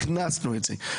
הכנסנו את זה.